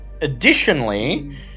Additionally